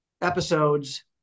episodes